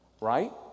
right